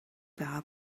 байгаа